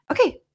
Okay